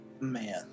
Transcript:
man